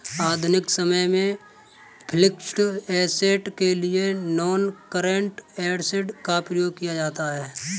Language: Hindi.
आधुनिक समय में फिक्स्ड ऐसेट के लिए नॉनकरेंट एसिड का प्रयोग किया जाता है